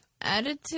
attitude